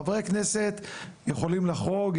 חברי הכנסת יכולים לחרוג,